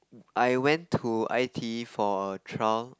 I went to I_T_E for a trial